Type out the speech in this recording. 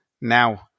now